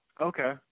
Okay